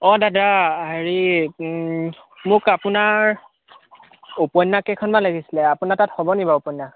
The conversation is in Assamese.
অঁ দাদা হেৰি মোক আপোনাৰ উপন্যাস কেইখনমান লাগিছিল আপোনাৰ তাত হ'ব নি বাৰু উপন্যাস